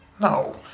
No